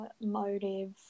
motive